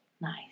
Nice